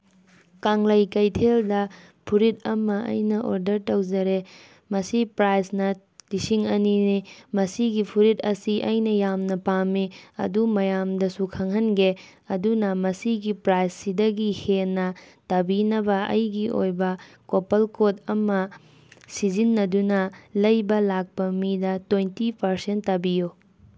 ꯀꯥꯡꯂꯩ ꯀꯩꯊꯦꯜꯗ ꯐꯨꯔꯤꯠ ꯑꯃ ꯑꯩꯅ ꯑꯣꯗꯔ ꯇꯧꯖꯔꯦ ꯃꯁꯤ ꯄ꯭ꯔꯥꯏꯁꯅ ꯂꯤꯁꯤꯡ ꯑꯅꯤꯅꯤ ꯃꯁꯤꯒꯤ ꯐꯨꯔꯤꯠ ꯑꯁꯤ ꯑꯩꯅ ꯌꯥꯝꯅ ꯄꯥꯝꯃꯤ ꯑꯗꯨ ꯃꯌꯥꯝꯗꯁꯨ ꯈꯪꯍꯟꯒꯦ ꯑꯗꯨꯅ ꯃꯁꯤꯒꯤ ꯄ꯭ꯔꯥꯏꯁꯁꯤꯗꯒꯤ ꯍꯦꯟꯅ ꯇꯥꯕꯤꯅꯕ ꯑꯩꯒꯤ ꯑꯣꯏꯕ ꯀꯣꯄꯜ ꯀꯣꯠ ꯑꯃ ꯁꯤꯖꯤꯟꯅꯗꯨꯅ ꯂꯩꯕ ꯂꯥꯛꯄ ꯃꯤꯗ ꯇ꯭ꯋꯦꯟꯇꯤ ꯄꯥꯔꯁꯦꯟꯠ ꯇꯥꯕꯤꯌꯨ